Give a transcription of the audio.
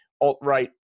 alt-right